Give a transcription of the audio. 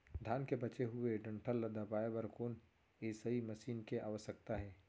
धान के बचे हुए डंठल ल दबाये बर कोन एसई मशीन के आवश्यकता हे?